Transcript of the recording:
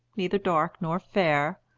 neither dark nor fair,